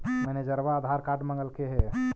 मैनेजरवा आधार कार्ड मगलके हे?